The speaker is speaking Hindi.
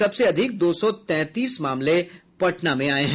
सबसे अधिक दो सौ तैंतीस मामले पटना में आये हैं